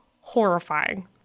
horrifying